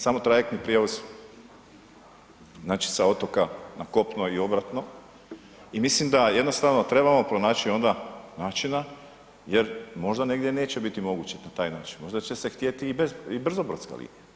Samo trajektni prijevoz, znači sa otoka na kopno i obratno i mislim da jednostavno trebamo pronaći onda načina jer možda negdje neće biti moguće na taj način, možda će se htjeti i brzobrodska linija.